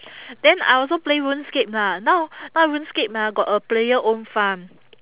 then I also play RuneScape lah now now RuneScape ah got a player own farm